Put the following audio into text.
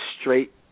straight